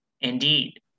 Indeed